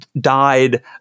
died